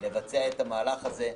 לבצע את המהלך הזה,